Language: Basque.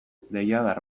deiadar